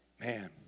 man